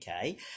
okay